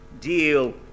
deal